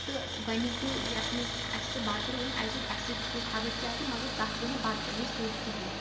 تہٕ گۄڈنِکۍ دوٚپ یَتھ منٛز اَسہِ سُہ بَتہٕ روٚن اَسہِ دوٚپ اَسہِ سۭتۍ گوٚو خبر کیٛاہ تہٕ مگر تَتھ گوٚو نہٕ بَتہٕ تہِ نہٕ سیٚود کِہیٖنۍ